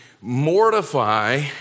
mortify